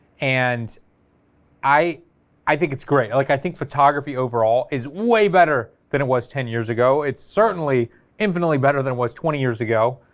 and i i think it's great, like i think photography overall is way better than it was ten years ago, it's certainly infinitely better than it was twenty years ago.